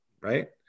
right